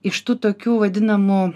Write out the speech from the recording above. iš tų tokių vadinamų